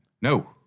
No